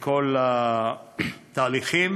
בכל התהליכים